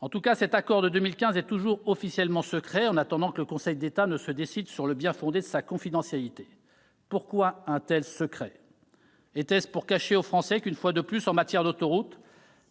En tout cas, l'accord de 2015 est toujours officiellement secret, en attendant que le Conseil d'État ne se prononce sur le bien-fondé de sa confidentialité. Pourquoi un tel secret ? Était-ce pour cacher aux Français que, en matière d'autoroutes,